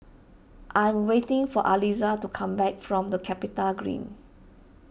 I am waiting for Aliza to come back from the CapitaGreen